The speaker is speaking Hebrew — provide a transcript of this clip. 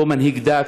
לא מנהיג דת,